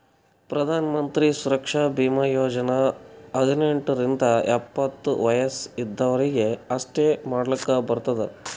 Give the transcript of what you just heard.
ಪ್ರಧಾನ್ ಮಂತ್ರಿ ಸುರಕ್ಷಾ ಭೀಮಾ ಯೋಜನಾ ಹದ್ನೆಂಟ್ ರಿಂದ ಎಪ್ಪತ್ತ ವಯಸ್ ಇದ್ದವರೀಗಿ ಅಷ್ಟೇ ಮಾಡ್ಲಾಕ್ ಬರ್ತುದ